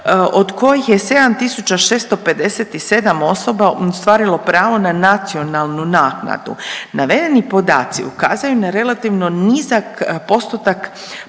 od kojih je 7657 osoba ostvarilo napravo na nacionalnu naknadu. Navedeni podaci ukazuju na relativno nizak postotak